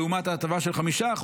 לעומת ההטבה של 5%,